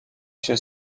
się